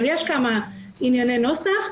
אבל יש כמה ענייני נוסח.